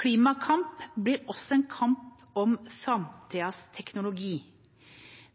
Klimakamp blir også en kamp om framtidas teknologi.